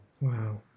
Wow